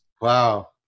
wow